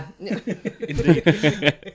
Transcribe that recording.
indeed